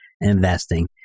investing